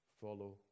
follow